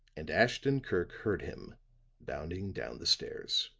and ashton-kirk heard him bounding down the stairs.